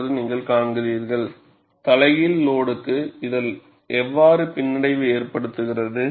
என்று நீங்கள் காண்கிறீர்கள் தலைகீழ் லோடுக்கு இது எவ்வாறு பின்னடைவு ஏற்படுத்துகிறது